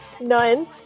None